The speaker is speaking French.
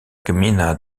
gmina